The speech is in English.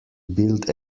build